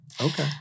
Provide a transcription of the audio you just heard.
Okay